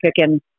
picking